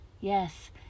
Yes